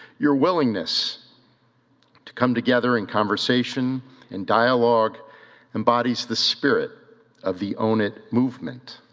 your willingness to come together in conversation and dialogue embodies the spirit of the own it movement.